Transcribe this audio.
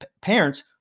parents